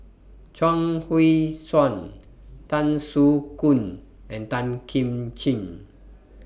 Chuang Hui Tsuan Tan Soo Khoon and Tan Kim Ching